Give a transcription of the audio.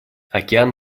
океан